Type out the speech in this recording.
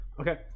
Okay